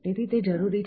તેથી તે જરૂરી છે